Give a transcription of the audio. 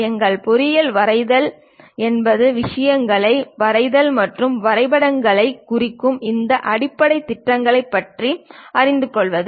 எங்கள் பொறியியல் வரைதல் என்பது விஷயங்களை வரைதல் மற்றும் வரைபடங்களைக் குறிக்கும் இந்த அடிப்படை திட்டத்தைப் பற்றி அறிந்து கொள்வது